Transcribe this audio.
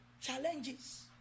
challenges